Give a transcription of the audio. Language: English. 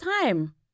time